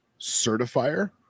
certifier